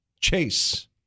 Chase